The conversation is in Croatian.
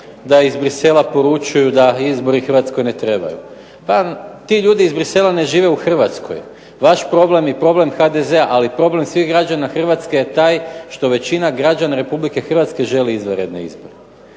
da iz Bruxellesa poručuju da izbori Hrvatskoj ne trebaju. Pa ti ljudi iz Bruxellesa ne žive u Hrvatskoj. Vaš problem i problem HDZ-a, ali problem svih građana Hrvatske je taj što većina građana Republike Hrvatske želi izvanredne izbore.